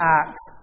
acts